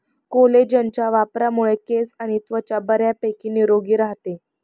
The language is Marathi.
कोलेजनच्या वापरामुळे केस आणि त्वचा बऱ्यापैकी निरोगी राहते